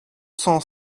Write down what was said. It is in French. cent